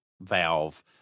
valve